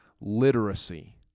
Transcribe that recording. literacy